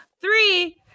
three